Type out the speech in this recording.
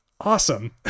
Awesome